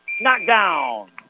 Knockdown